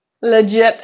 Legit